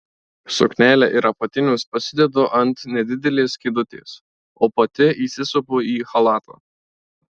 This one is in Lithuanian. suknelę ir apatinius pasidedu ant nedidelės kėdutės o pati įsisupu į chalatą